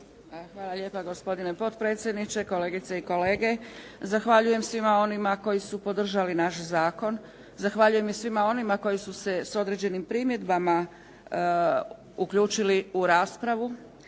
Hvala lijepa, gospodine potpredsjedniče. Kolegice i kolege. Zahvaljujem svima onima koji su podržali naš zakon. Zahvaljujem i svima onima koji su se s određenim primjedbama uključili u raspravu.